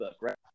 right